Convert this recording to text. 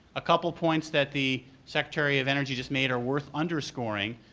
a couple points that the secretary of energy just made are worth underscoring.